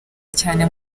cyane